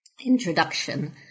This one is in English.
introduction